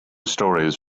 stories